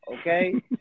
okay